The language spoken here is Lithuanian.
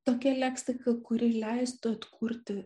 tokia leksika kuri leistų atkurti